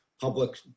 public